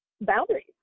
boundaries